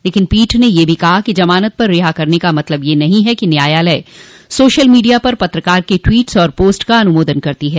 लेकिन पीठ ने यह भी कहा कि जमानत पर रिहा करने का मतलब यह नहीं कि न्यायालय सोशल मीडिया पर पत्रकार के टवीट्स और पोस्ट का अनुमोदन करती है